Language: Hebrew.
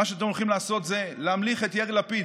מה שאתם הולכים לעשות זה להמליך את יאיר לפיד,